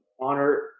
honor